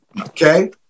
Okay